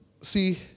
see